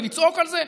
ולצעוק על זה?